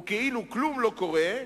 וכאילו כלום לא קורה,